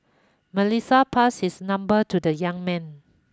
Melissa passed his number to the young man